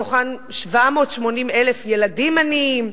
מהם 780,000 ילדים עניים,